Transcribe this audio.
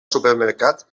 supermercat